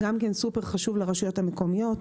גם כן סופר חשוב לרשויות המקומיות.